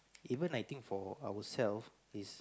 even I think for ourselves it's